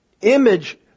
image